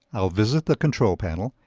i'll visit the control panel,